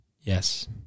Yes